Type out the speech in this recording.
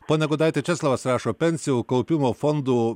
pone gudaiti česlovas rašo pensijų kaupimo fondų